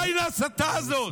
די להסתה הזאת.